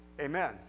Amen